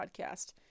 podcast